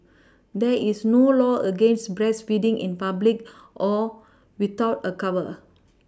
there is no law against breastfeeding in public or without a cover